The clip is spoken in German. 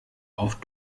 auf